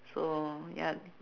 so ya